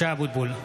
משה אבוטבול,